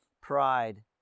pride